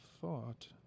thought